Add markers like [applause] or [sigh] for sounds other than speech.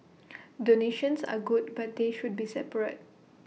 [noise] donations are good but they should be separate